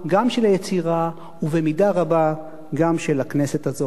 גם של היצירה ובמידה רבה גם של הכנסת הזאת.